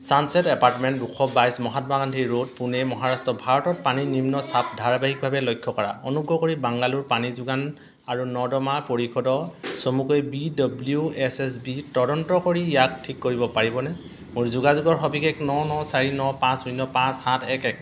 sunset apartment দুশ বাইছ Mahatma Gandhi road Pune Maharashtra ভাৰতত পানীৰ নিম্ন চাপ ধাৰাবাহিকভাৱে লক্ষ্য কৰা অনুগ্ৰহ কৰি বাংগালোৰ পানী যোগান আৰু নৰ্দমা পৰিষদ চমুকৈ B W S S B তদন্ত কৰি ইয়াক ঠিক কৰিব পাৰিবনে মোৰ যোগাযোগৰ সবিশেষ ন ন চাৰি ন পাঁচ শূন্য পাঁচ সাত এক এক